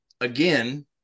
again